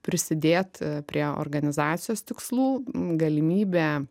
prisidėt prie organizacijos tikslų galimybė